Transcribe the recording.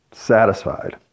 satisfied